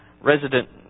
resident